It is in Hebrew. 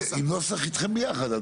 נוסח איתכם ביחד.